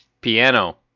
Piano